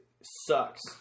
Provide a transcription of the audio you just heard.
Sucks